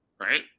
Right